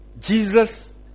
Jesus